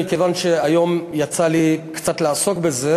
מכיוון שהיום יצא לי קצת לעסוק בזה,